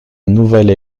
nouvelle